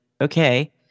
okay